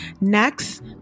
Next